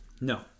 no